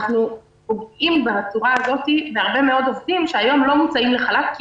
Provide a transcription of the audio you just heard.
אנחנו פוגעים בצורה הזאת בהרבה מאוד עובדים שהיום לא מוּצאים לחל"ת כי